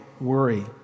worry